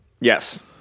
yes